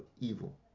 evil